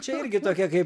čia irgi tokia kaip